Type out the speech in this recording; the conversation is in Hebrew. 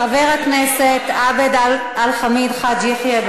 חבר הכנסת עבד אל חכים חאג' יחיא,